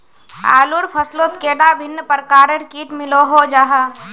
आलूर फसलोत कैडा भिन्न प्रकारेर किट मिलोहो जाहा?